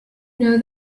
know